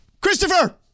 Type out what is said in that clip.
Christopher